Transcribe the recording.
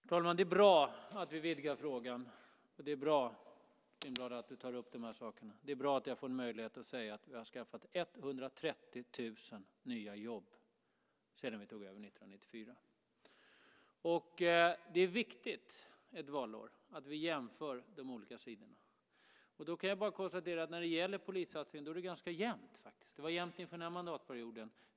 Herr talman! Det är bra att vi vidgar frågan. Det är bra att Lars Lindblad tar upp dessa saker. Det är bra att jag får möjlighet att säga att vi skapat 130 000 nya jobb sedan vi tog över 1994. Det viktigt att ett valår jämföra de olika sidorna. Jag kan konstatera att när det gäller polissatsningen är det ganska jämnt. Det var jämnt också inför denna mandatperiod.